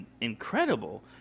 incredible